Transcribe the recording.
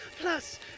Plus